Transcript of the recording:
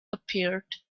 appeared